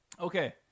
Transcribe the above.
Okay